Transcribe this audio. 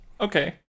Okay